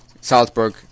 Salzburg